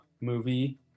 movie